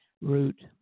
route